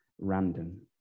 random